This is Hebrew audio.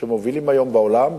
שמובילים היום בעולם,